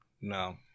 No